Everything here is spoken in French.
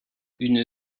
une